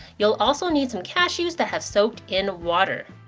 you'll also need some cashews that have soaked in water.